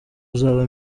uzaba